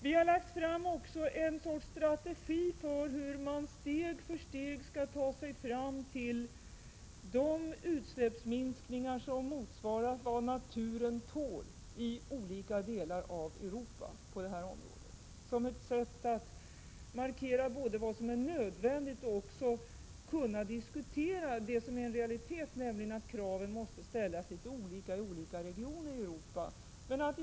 Vi har också lagt fram en strategi för hur man steg för steg skall ta sig fram till de utsläppsminskningar som motsvarar vad naturen tål i olika delar av Europa —- som ett sätt både att markera vad som är nödvändigt att göra och att kunna diskutera vad som är en realitet, nämligen att kraven måste ställas olika i olika regioner i Europa.